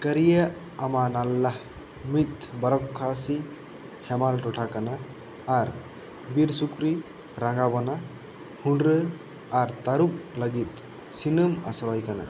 ᱠᱟᱨᱤᱭᱟ ᱟᱢ ᱱᱟᱞᱞᱟᱦ ᱢᱤᱫ ᱵᱟᱨᱠᱷᱟᱨᱟᱥᱤ ᱦᱮᱢᱟᱞ ᱴᱚᱴᱷᱟ ᱠᱟᱱᱟ ᱟᱨ ᱵᱤᱨ ᱥᱩᱠᱨᱤ ᱨᱟᱜᱟ ᱵᱟᱱᱟ ᱦᱩᱱᱰᱟᱹᱨᱟᱹ ᱟᱨ ᱛᱟᱹᱨᱩᱵ ᱞᱟᱹᱜᱤᱫ ᱥᱤᱱᱟᱹᱢ ᱟᱥᱨᱚᱭ ᱠᱟᱱᱟ